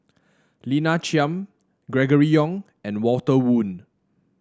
Lina Chiam Gregory Yong and Walter Woon